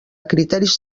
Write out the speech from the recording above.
criteris